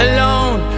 Alone